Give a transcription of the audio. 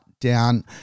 down